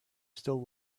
still